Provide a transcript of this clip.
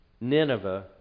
Nineveh